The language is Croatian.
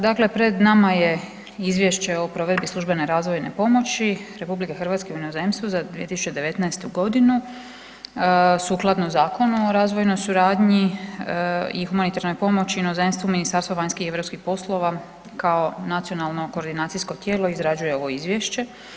Dakle, pred nama je Izvješće o provedbi službene razvojne pomoći Republike Hrvatske u inozemstvu za 2019. godinu sukladno Zakonu o razvojnoj suradnji i humanitarnoj pomoći u inozemstvu Ministarstvo vanjskih i europskih poslova kao nacionalno koordinacijsko tijelo izrađuje ovo izvješće.